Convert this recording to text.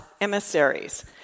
emissaries